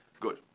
Good